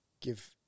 Give